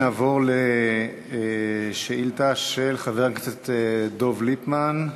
נעבור לשאילתה של חבר הכנסת דב ליפמן.